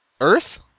Earth